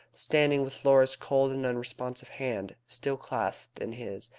standing with laura's cold and unresponsive hand still clasped in his.